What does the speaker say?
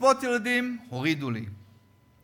קצבאות ילדים, הורידו לי,